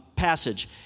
passage